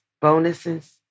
bonuses